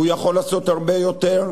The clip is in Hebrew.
והוא יכול לעשות הרבה יותר,